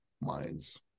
minds